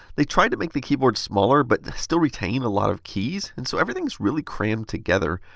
they tried to make the keyboard smaller, but still retain a lot of keys, and so everything is really crammed together.